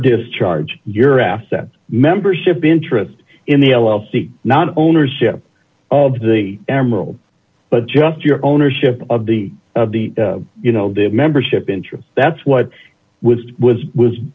discharge your assets membership interest in the l l c not ownership of the emerald but just your ownership of the of the you know the membership interest that's what was was was